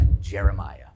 Jeremiah